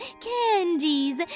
candies